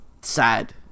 sad